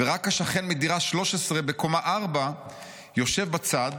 ורק השכן מדירה 13 בקומה 4 יושב בצד